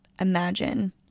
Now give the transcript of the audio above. imagine